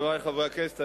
חברי חברי הכנסת,